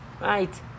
right